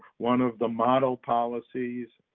one of the model policies,